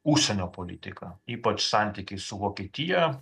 užsienio politika ypač santykiai su vokietija